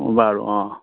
বাৰু অঁ